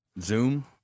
Zoom